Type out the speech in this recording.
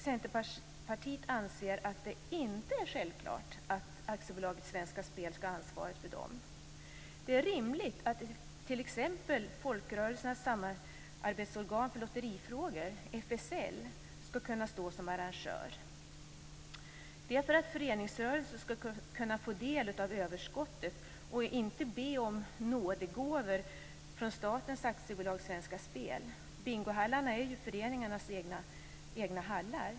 Centerpartiet anser att det inte är självklart att AB Svenska Spel skall ha ansvaret för dem. Det är rimligt att t.ex. Folkrörelsernas Samarbetsorgan för Lotterifrågor, FSL, skall kunna stå som arrangör. Detta är för att föreningsrörelsen skall kunna få del av överskottet och inte behöva be om nådegåvor från statens aktiebolag Svenska Spel. Bingohallarna är föreningarnas egna hallar.